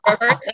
First